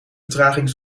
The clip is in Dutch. vertraging